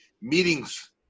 meetings